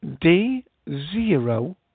D-Zero